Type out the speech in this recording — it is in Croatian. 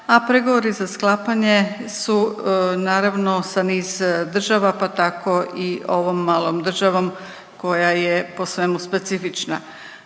a pregovori za sklapanje su naravno sa niz država pa tako i ovom malom državom koja je po svemu specifična.